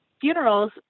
funerals